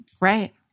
Right